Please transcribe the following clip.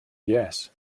yes